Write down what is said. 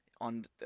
on